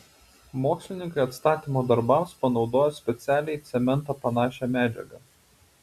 mokslininkai atstatymo darbams panaudojo specialią į cementą panašią medžiagą